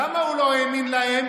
למה הוא לא האמין להם?